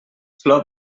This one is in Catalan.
flor